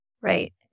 Right